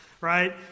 right